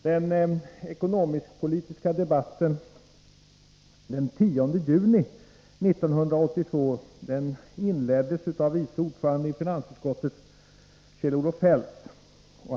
Den ekonomisk-politiska debatten den 10 juni 1982 inleddes av vice ordföranden i finansutskottet, Kjell-Olof Feldt.